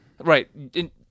Right